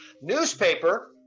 Newspaper